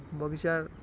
ବଗିଚାର୍